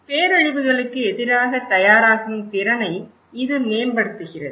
பேரழிவுகளுக்கு எதிராக தயாராகும் திறனை இது மேம்படுத்துகிறது